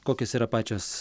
kokios yra pačios